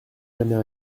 jamais